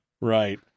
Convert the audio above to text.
Right